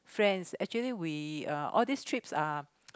friends actually we uh all these trips are